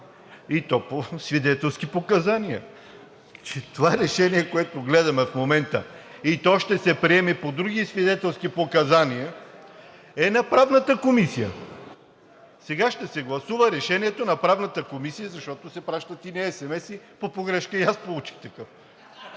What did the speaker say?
и то по свидетелски показания. Че това решение, което гледаме в момента, и то ще се приеме по други свидетелски показания, е на Правната комисия. Сега ще се гласува решението на Правната комисия, защото се пращат едни есемеси. Погрешка и аз получих такъв.